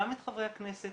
גם את חברי הכנסת,